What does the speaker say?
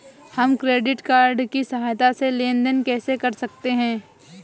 हम credit card की सहायता से लेन देन कैसे कर सकते हैं?